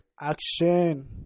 action